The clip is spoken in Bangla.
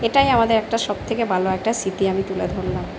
এটাই আমাদের একটা সবথেকে ভালো একটা স্মৃতি আমি তুলে ধরলাম